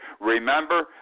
Remember